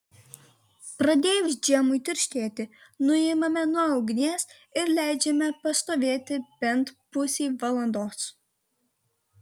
pradėjus džemui tirštėti nuimame nuo ugnies ir leidžiame pastovėti bent pusei valandos